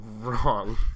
Wrong